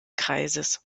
kreises